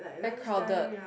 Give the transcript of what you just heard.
very crowded